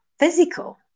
physical